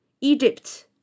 Egypt